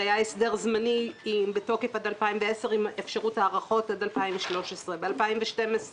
זה היה הסדר זמני עד 2010 עם אפשרות הארכה עד 2013. בשנת 2012